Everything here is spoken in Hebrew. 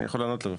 אני יכול לענות לו.